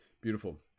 Beautiful